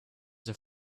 your